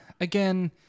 again